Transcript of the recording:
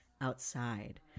outside